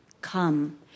come